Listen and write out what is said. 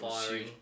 firing